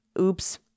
Oops